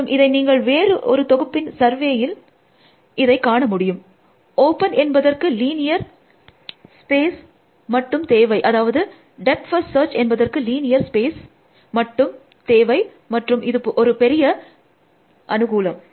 மற்றும் இதை நீங்கள் வேறு ஒரு தொகுப்பின் சர்வேயில் இதை காண முடியும் ஓப்பன் என்பதற்கு லீனியர் ஸ்பேஸ் மட்டும் தேவை அதாவது டெப்த் ஃபர்ஸ்ட் சர்ச் என்பதற்கு லீனியர் ஸ்பேஸ் புதிர் மட்டுமே தேவை மற்றும் இது ஒரு பெரிய மிக பெரிய அனுகூலம்